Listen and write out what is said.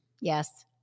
Yes